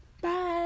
Bye